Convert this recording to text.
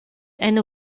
eine